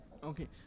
Okay